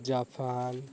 Japan